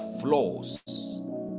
flaws